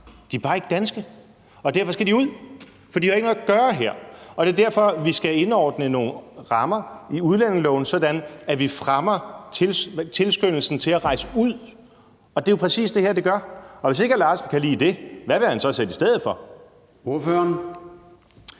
de er bare ikke danske, og derfor skal de ud, for de har ikke noget at gøre her. Det er derfor, vi skal indføre nogle rammer i udlændingeloven, sådan at vi fremmer tilskyndelsen til at rejse ud, og det er jo præcis det, det her gør. Hvis ikke hr. Steffen Larsen kan lide det, hvad vil han så sætte i stedet for? Kl.